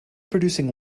producing